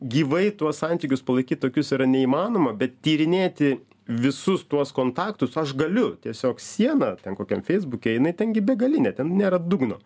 gyvai tuos santykius palaikyt tokius yra neįmanoma bet tyrinėti visus tuos kontaktus aš galiu tiesiog siena ten kokiam feisbuke jinai ten gi begalinė ten nėra dugno